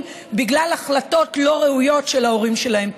בגלל החלטות לא ראויות של ההורים שלהם.